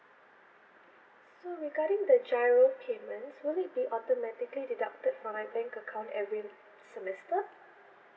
so regarding the giro payments will it be automatically deducted from my bank account every semester